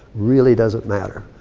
really doesn't matter.